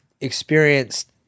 experienced